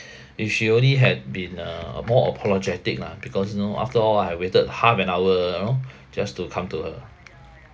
if she only had been uh more apologetic lah because you know after all I have waited half an hour you know just to come to her